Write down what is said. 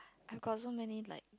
I've got so many like